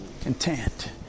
content